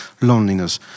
loneliness